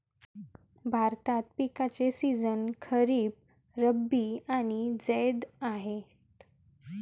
भारतात पिकांचे सीझन खरीप, रब्बी आणि जैद आहेत